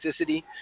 toxicity